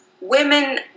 women